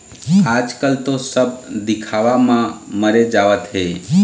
आजकल तो सब दिखावा म मरे जावत हें